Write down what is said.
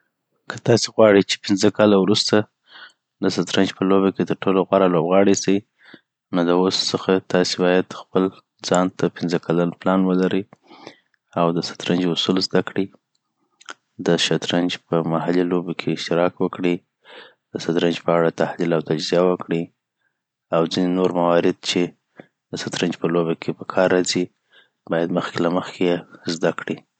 که تاسي غواړي چي پنځه کاله وروسته د شطرنج په لوبه کي ترټولو غوره لوبغاړي سي نو د اوس څخه تاسي باید خپل ځان ته پنځه کلن پلان ولري او د شطرنج اصول زده کړي د شطرنج په محلی لوبو کي اشتراک وکړي د شطرنج په اړه تحلیل او تجزیه وکړي. او ځيني نور موارد چی د شطرنج په لوبه کی په کار راځی باید مخکی له مخکی یی زده کړی